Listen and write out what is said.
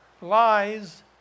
lies